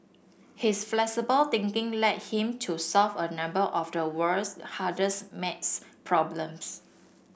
his flexible thinking led him to solve a number of the world's hardest maths problems